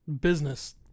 business